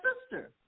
sister